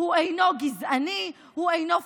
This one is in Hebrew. אינו גזעני,